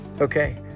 Okay